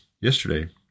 yesterday